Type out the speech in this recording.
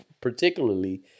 particularly